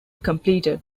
completed